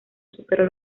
superó